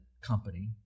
company